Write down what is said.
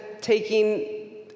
taking